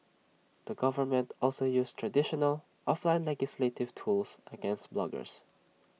the government also used traditional offline legislative tools against bloggers